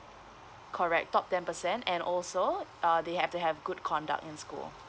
correct top ten percent and also uh they have to have good conduct in school